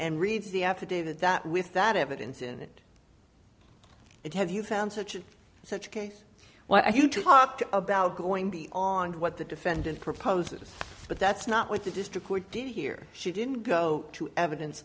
and read the affidavit that with that evidence innit it have you found such and such case well i you talked about going on what the defendant proposes but that's not what the district court did here she didn't go to evidence